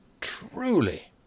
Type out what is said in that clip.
Truly